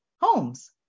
homes